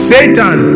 Satan